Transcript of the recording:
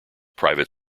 private